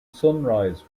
sunrise